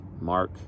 mark